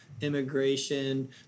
immigration